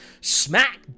Smack